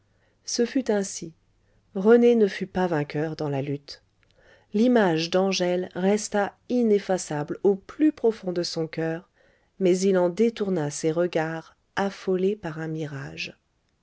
ce fut ainsi rené ne fut pas vainqueur dans la lutte l'image d'angèle resta ineffaçable au plus profond de son coeur mais il en détourna ses regards affolés par un mirage